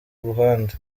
ruhande